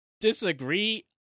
disagree